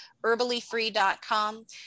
Herballyfree.com